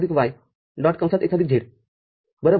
Fxyz x y